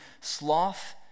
sloth